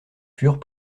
furent